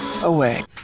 away